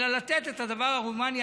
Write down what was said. אלא לתת את הדבר ההומני.